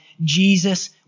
Jesus